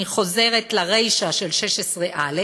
אני חוזרת לרישה של סעיף 16(א)